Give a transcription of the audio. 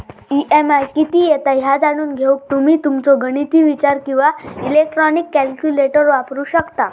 EMI किती येता ह्या जाणून घेऊक तुम्ही तुमचो गणिती विचार किंवा इलेक्ट्रॉनिक कॅल्क्युलेटर वापरू शकता